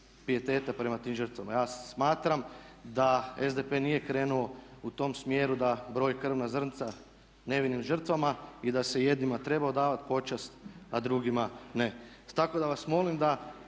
pijeteta prema tim žrtvama. Ja smatram da SDP nije krenuo u tom smjeru da broji krvna zrnca nevinim žrtvama i da se jednima treba odavati počast, a drugima ne. Tako da vas molim da